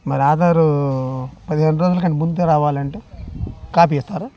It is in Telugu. మరి ఆధారు పదిహేను రోజుల కంటే ముందే రావాలి అంటే కాపీ ఇస్తారా